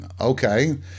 Okay